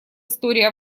истории